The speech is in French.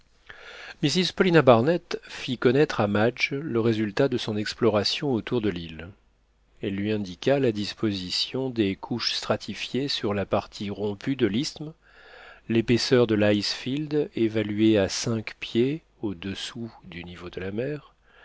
mrs paulina barnett fit connaître à madge le résultat de son exploration autour de l'île elle lui indiqua la disposition des couches stratifiées sur la partie rompue de l'isthme l'épaisseur de l'icefield évaluée à cinq pieds au-dessous du niveau de la mer